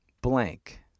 blank